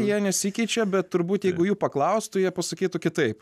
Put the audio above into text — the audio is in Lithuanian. jie nesikeičia bet turbūt jeigu jų paklaustų jie pasakytų kitaip